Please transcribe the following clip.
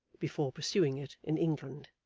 before pursuing it in england.